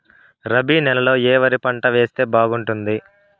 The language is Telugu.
రబి నెలలో ఏ వరి పంట వేస్తే బాగుంటుంది